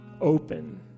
open